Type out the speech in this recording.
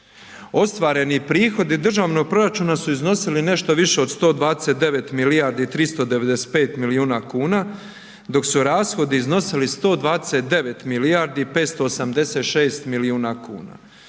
Ostvareni prihodi državnog proračuna su iznosili nešto više od 129 milijardi i 395 milijuna kuna dok su rashodi iznosili 129 milijardi i 586 milijuna kuna.